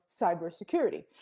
cybersecurity